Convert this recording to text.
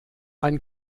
ein